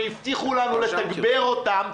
והבטיחו לנו לתגבר אותן,